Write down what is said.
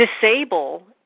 disable